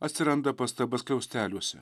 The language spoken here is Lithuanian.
atsiranda pastaba skliausteliuose